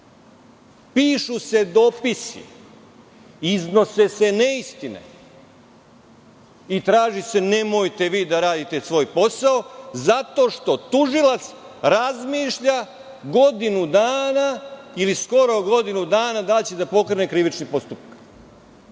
Pišu se dopisi, iznose se neistine i traži se – nemojte vi da radite svoj posao zato što tužilac razmišlja godinu dana ili skoro godinu dana, da li će da pokrene krivični postupak.